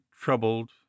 troubled